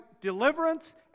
deliverance